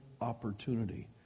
opportunity